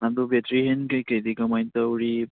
ꯑꯗꯨ ꯕꯦꯇ꯭ꯔꯤ ꯍꯦꯜꯇꯒꯤ ꯀꯩꯗꯒꯤ ꯀꯃꯥꯏꯅ ꯇꯧꯔꯤ